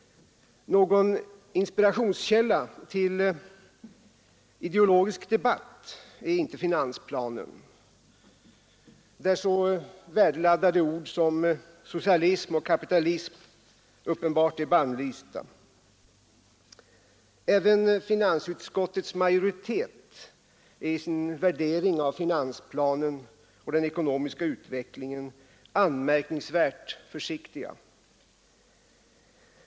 Någon inspirationskälla till ideologisk debatt är inte finansplanen, där så värdeladdade ord som socialism och kapitalism uppenbart är bannlysta. Även finansutskottets majoritet är i sin värdering av finansplanen och den ekonomiska utvecklingen anmärkningsvärt försiktig.